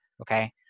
Okay